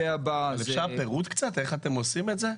אפשר קצת פירוט איך אתם עושים את זה,